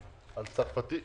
על צרפתי.